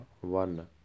One